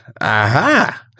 aha